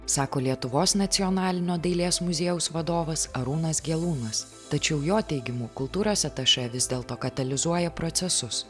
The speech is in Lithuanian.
sako lietuvos nacionalinio dailės muziejaus vadovas arūnas gelūnas tačiau jo teigimu kultūros atašė vis dėlto katalizuoja procesus